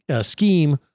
scheme